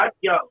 Yo